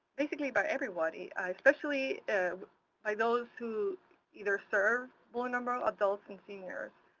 basically by everybody, especially by those who either serve vulnerable adults and seniors.